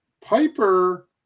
Piper